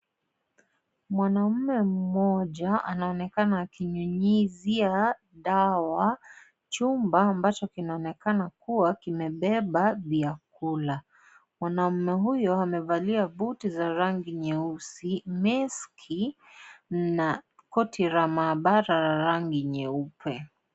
Mwanaume moja anaonekana akinyunyisia dawa jumba ambacho kinaonekana kuwa kimebeba vyakula. Mwanaume huyo amevalia boot za rangi nyeusi na koti la mahabara la rangi nyeupe.